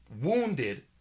wounded